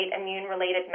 immune-related